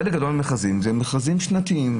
חלק גדול מהמכרזים הם מכרזים שנתיים,